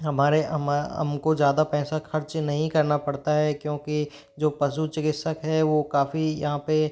हमारे हमको ज़्यादा पैंसा खर्च नहीं करना पड़ता है क्योंकि जो पशु चिकित्सक है वो काफ़ी यहाँ पे